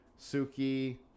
Suki